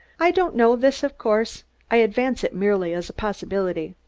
i don't know this, of course i advance it merely as a possibility.